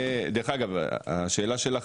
דרך אגב השאלה שלך